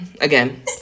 again